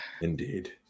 Indeed